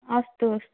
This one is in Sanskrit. अस्तु अस्तु